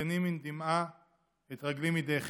את עיני מן דמעה את רגלי מדחי"